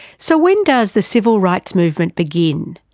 so when does the civil rights movement begin?